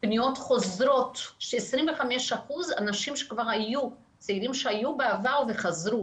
פניות חוזרות של 25% צעירים שהיו בעבר וחזרו.